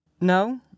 No